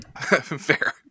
Fair